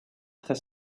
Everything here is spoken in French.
très